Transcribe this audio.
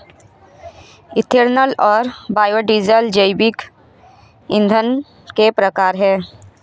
ethanol और biodiesel जैविक ईंधन के प्रकार है